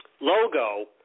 logo